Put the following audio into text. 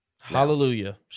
hallelujah